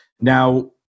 Now